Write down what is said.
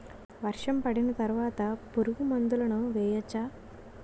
వర్షం పడిన తర్వాత పురుగు మందులను వేయచ్చా?